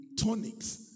tonics